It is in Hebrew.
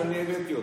שאני הבאתי אותו.